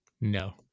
No